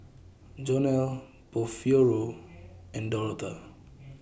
Jonell Porfirio and Dorotha